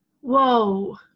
whoa